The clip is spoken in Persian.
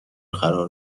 قرار